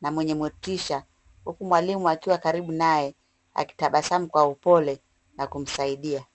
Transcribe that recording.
na mwenye motisha, huku mwalimu akiwa karibu naye akitabasamu kwa upole na kumsaidia.